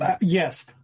Yes